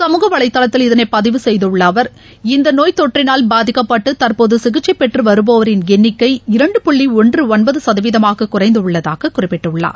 சமூக வலைதளத்தில் இதனை பதிவு செய்துள்ள அவர் இந்த நோய் தொற்றினால் பாதிக்கப்பட்டு தற்போது சிகிச்சை பெற்று வருவோரின் எண்ணிக்கை இரண்டு புள்ளி ஒன்று ஒன்பது சதவீதமாக குறைந்துள்ளதாக குறிப்பிட்டுள்ளார்